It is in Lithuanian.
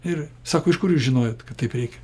ir sako iš kur jūs žinojot kad taip reikia